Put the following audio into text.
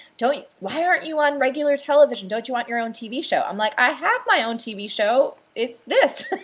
don't you. why aren't you on regular television? don't you want your own tv show? i'm like, i have my own tv show, it's this.